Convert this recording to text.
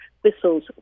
whistles